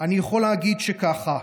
אני יכול להגיד ככה,